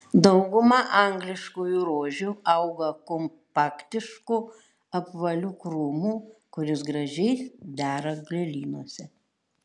dauguma angliškųjų rožių auga kompaktišku apvaliu krūmu kuris gražiai dera gėlynuose